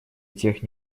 тех